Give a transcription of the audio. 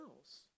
else